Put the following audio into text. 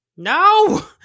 No